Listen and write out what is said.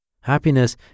Happiness